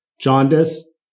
jaundice